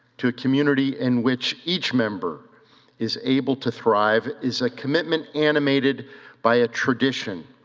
to a community in which each member is able to thrive is a commitment animated by a tradition,